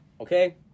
okay